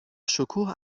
شکوه